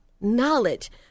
knowledge